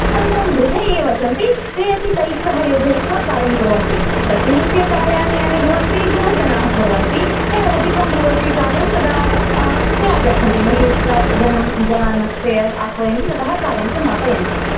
अनन्तरं गृहे ये वसन्ति ते अपि तैः सह योजयित्वा कार्यं कुर्वन्ति प्रतिनित्यकार्याणि यानि भवन्ति गृहजनाः कुर्वन्ति यत् अधिकं भवति कार्यं तदा ते आगच्छन्ति बहिस्थात् जनं जनान् ते आह्वयन्ति ततः कार्यं समापयन्ति